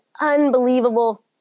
unbelievable